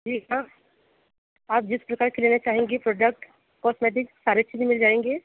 जी ma'am आप जिस प्रकार की लेना चाहेंगी प्रोडक्ट कॉस्मेटिक्स सारी चीज़ें मिल जाएंगी